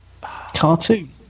Cartoon